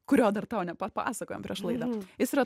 kurio dar tau nepapasakojom prieš laidą jis yra